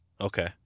Okay